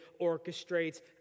orchestrates